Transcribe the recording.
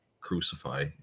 crucify